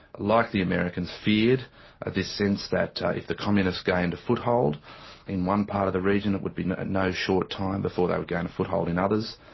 like the americans, feared this sense that if the communists gained a foothold in one part of the region, it would be no short time before they would gain a foothold in others,